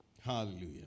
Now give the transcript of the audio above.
Hallelujah